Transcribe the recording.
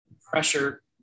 pressure